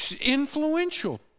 influential